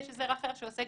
יש הסדר אחר שעוסק